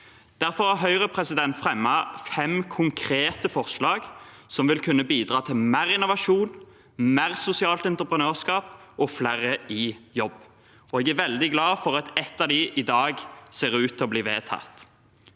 Høyre har derfor fremmet fem konkrete forslag som ville kunne bidra til mer innovasjon, mer sosialt entreprenørskap og flere i jobb. Jeg er veldig glad for at ett av dem ser ut til å bli vedtatt